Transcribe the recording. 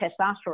testosterone